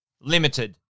limited